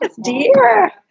dear